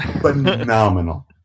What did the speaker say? phenomenal